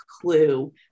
clue